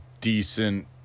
decent